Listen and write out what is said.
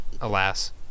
Alas